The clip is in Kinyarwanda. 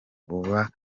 uba